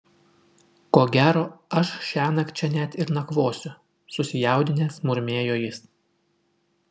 ko gero aš šiąnakt čia net ir nakvosiu susijaudinęs murmėjo jis